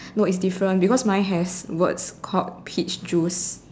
no is different because my has words called peach juice